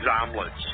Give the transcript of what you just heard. omelets